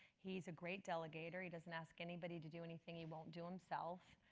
he's a great delegator, he doesn't ask anybody to do anything he won't do himself.